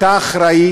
אתה אחראי